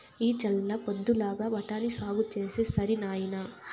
నీ చల్ల పొద్దుగాల బఠాని సాగు చేస్తే సరి నాయినా